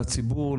לציבור,